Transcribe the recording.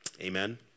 Amen